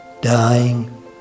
dying